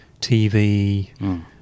TV